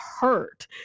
hurt